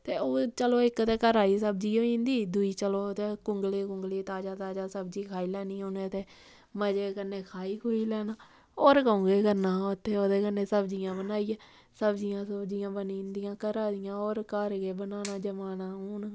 ते ओह् चलो इक ते घरै दी सब्जी होई जंदी दूई चलो ते कुंगली कुंगली ताजा ताजा सब्जी खाई लैनी उ'नें ते मजे कन्नै खाई खुई लैना होर कदूं केह् करना हा उत्थै ओह्दे कन्नै सब्जियां बनाइयै सब्जियां सुब्जियां बनी जंदियां घरा दियां होर घर केह् बनाना जमाना हून